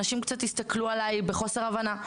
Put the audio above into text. אנשים קצת הסתכלו עליי בחוסר הבנה,